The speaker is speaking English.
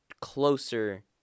closer